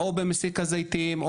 או במסיק הזיתים,